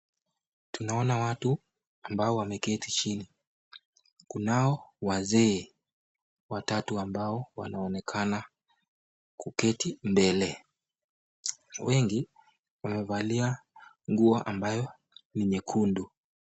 Tunaona watu ambao wameketi chini, kunao wazee watatu ambao wanaonekana kuketi mbele. Wengi wamevalia nguo ambayo ni nyekundu.